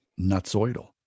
nutsoidal